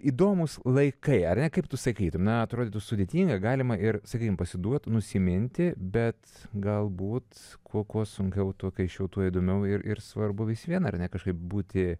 įdomūs laikai ar ne kaip tu sakyti na atrodytų sudėtinga galima ir sakykim pasiduot nusiminti bet galbūt kuo kuo sunkiau tuo keisčiau tuo įdomiau ir ir svarbu vis vien ar ne kažkaip būti